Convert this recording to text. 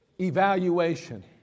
Evaluation